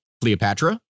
Cleopatra